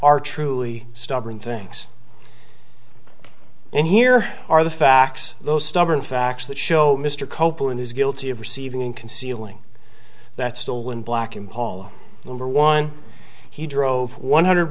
are truly stubborn things and here are the facts those stubborn facts that show mr copeland is guilty of receiving concealing that still when black impala lumber one he drove one hundred